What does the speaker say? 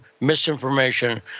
misinformation